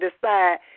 decide